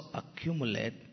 accumulate